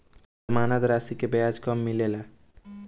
जमानद राशी के ब्याज कब मिले ला?